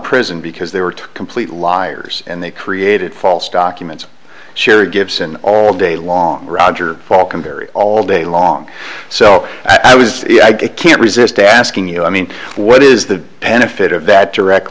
prison because they were to complete liars and they created false documents shared gibson all day long roger welcome barry all day long so i was i can't resist asking you i mean what is the benefit of that direct